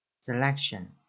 Selection